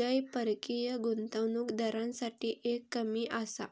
जय परकीय गुंतवणूक दारांसाठी दर कमी आसा